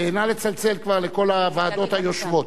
נא לצלצל לכל הוועדות היושבות.